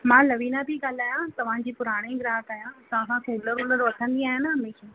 मां लवीना थी ॻाल्हायां तव्हांजी पुराणी ग्राहक आहियां तव्हां खां कूलर वूलर वठंदी आहियां न हमेशा